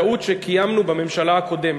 בטעות שקיימנו בממשלה הקודמת,